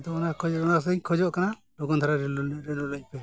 ᱟᱫᱚ ᱚᱱᱟ ᱠᱷᱚᱡᱚᱜ ᱠᱟᱱᱟ ᱚᱱᱟ ᱥᱟᱶ ᱤᱧ ᱠᱷᱚᱡᱚᱜ ᱠᱟᱱᱟ ᱞᱚᱜᱚᱱ ᱫᱷᱟᱨᱟ ᱨᱮᱱᱩᱣᱟᱞ ᱟᱹᱧ ᱯᱮ